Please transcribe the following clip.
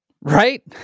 right